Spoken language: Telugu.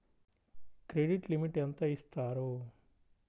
క్రెడిట్ లిమిట్ ఎంత ఇస్తారు?